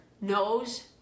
knows